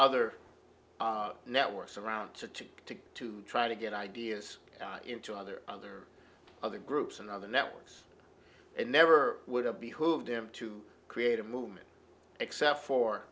other networks around to to to to try to get ideas into other other other groups and other networks it never would have behoove them to create a movement except for